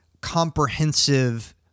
comprehensive